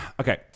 Okay